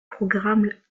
programmes